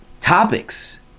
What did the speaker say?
topics